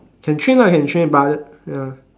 can train lah can train but the ya